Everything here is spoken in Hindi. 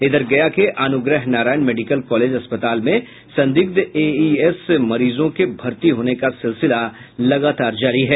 इधर गया के अनुग्रह नारायण मेडिकल कॉलेज अस्पताल में संदिग्ध एईएस मरीजों के भर्ती होने का सिलसिला लगातार जारी है